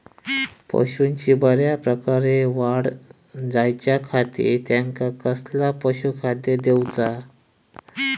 पशूंची बऱ्या प्रकारे वाढ जायच्या खाती त्यांका कसला पशुखाद्य दिऊचा?